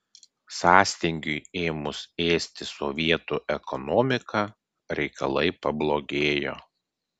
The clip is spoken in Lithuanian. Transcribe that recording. sąstingiui ėmus ėsti sovietų ekonomiką reikalai pablogėjo